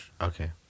okay